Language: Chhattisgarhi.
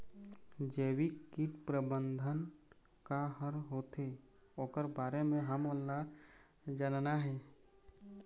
जैविक कीट प्रबंधन का हर होथे ओकर बारे मे हमन ला जानना हे?